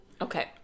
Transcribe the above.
Okay